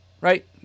right